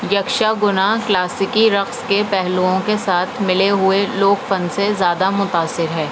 یکشا گنا کلاسیکی رقص کے پہلوؤں کے ساتھ ملے ہوئے لوک فن سے زیادہ متاثر ہے